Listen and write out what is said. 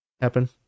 happen